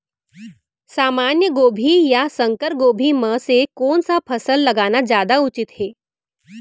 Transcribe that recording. सामान्य गोभी या संकर गोभी म से कोन स फसल लगाना जादा उचित हे?